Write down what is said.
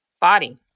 body